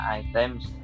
items